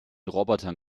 robotern